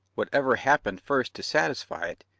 whatever happened first to satisfy it,